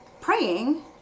praying